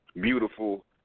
Beautiful